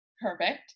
Perfect